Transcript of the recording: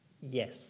yes